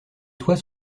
toits